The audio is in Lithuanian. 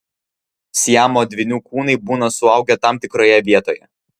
siamo dvynių kūnai būna suaugę tam tikroje vietoje